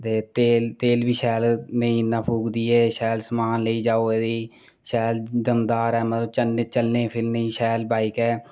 दे तेल तेल बी शैल नेईं इन्ना फूकदी ऐ शैल समान जाओ एह्दी शैल दमदार ऐ मलबल चलने फिरने ई शैल बाइक ऐ